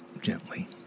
gently